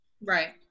Right